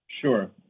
Sure